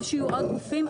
טוב שיהיו עוד גופים,